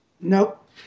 Nope